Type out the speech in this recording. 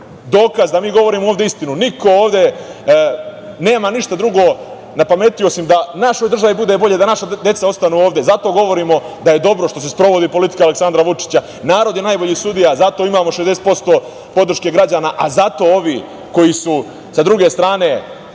dokaz da mi govorimo ovde istinu. Niko ovde nema ništa drugo na pameti, osim da našoj državi bude bolje, da naša deca ostanu ovde. zato govorimo da je dobro što se sprovodi politika Aleksandra Vučića. Narod je najbolji sudija i zato imamo 60% podrške građana, a zato ovi koji su sa druge strane,